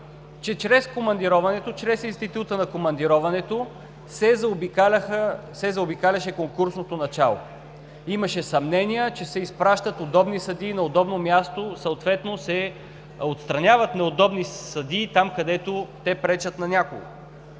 чрез института на командироването се заобикаляше конкурсното начало. Имаше съмнения, че се изпращат удобни съдии, на удобно място. Съответно се отстраняват неудобни съдии, там, където те пречат на някой.